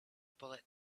bullet